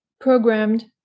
programmed